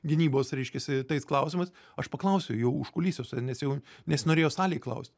gynybos reiškiasi tais klausimais aš paklausiau jų užkulisiuose nes jau nesinorėjo salėj klaust